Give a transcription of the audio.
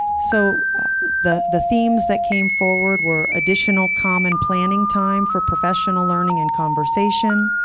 so the the themes that came forward were additional common planning time for professional learning and conversation,